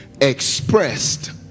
expressed